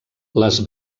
les